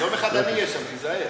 חזן, תיזהר.